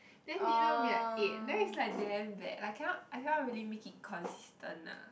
then dinner will be like eight then is like damn bad like I cannot I cannot really make it consistent lah